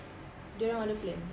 dorang ada plan